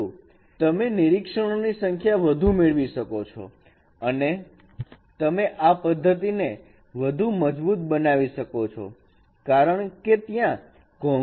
પરંતુ તમને નિરીક્ષણો ની સંખ્યા વધુ મેળવી શકો છો અને તમે આ પદ્ધતી ને વધુ મજબૂત બનાવી શકો છો કારણ કે ત્યાં ઘોંઘાટિયા અવલોકન હોઈ શકે છે